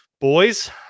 Boys